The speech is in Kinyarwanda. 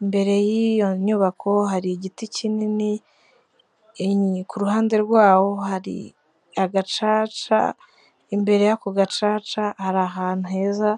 imbere y'iyo nyubako hari igiti kinini, ku ruhande rwawo hari agacaca, imbere y'ako gacaca hari ahantu heza